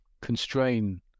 constrain